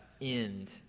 end